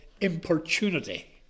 importunity